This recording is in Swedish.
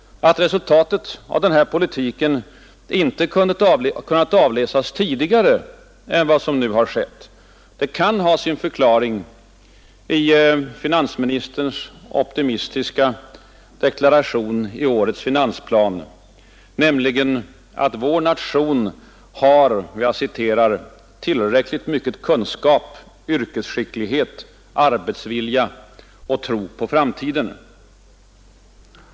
Att resultatet av denna politik inte kunnat avläsas tidigare än vad som nu har skett kan ha sin förklaring i finansministerns optimistiska deklaration i årets finansplan, nämligen att vår nation har ”tillräckligt med kunskap, yrkesskicklighet, arbetsvilja och tro på framtiden”.